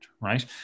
Right